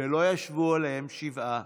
ולא ישבו עליהם שבעה /